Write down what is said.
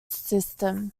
system